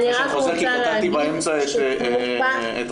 כי קטעתי באמצע את רחל.